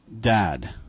dad